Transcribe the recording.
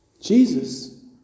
Jesus